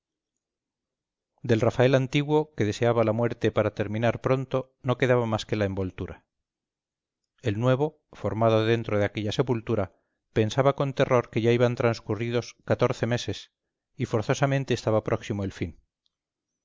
del rafael antiguo que deseaba la muerte para terminar pronto no quedaba más que la envoltura el nuevo formado dentro de aquella sepultura pensaba con terror que ya iban transcurridos catorce meses y forzosamente estaba próximo el fin